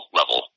level